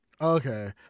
okay